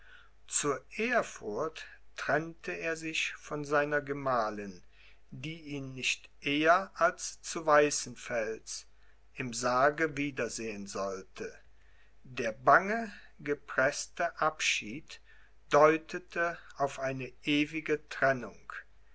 zu erfurt trennte er sich von seiner gemahlin die ihn nicht eher als zu weißenfels im sarge wieder sehen sollte der bange gepreßte abschied deutete auf eine ewige trennung